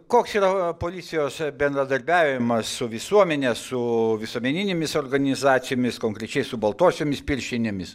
koks yra policijos bendradarbiavimas su visuomene su visuomeninėmis organizacijomis konkrečiai su baltosiomis pirštinėmis